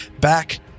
back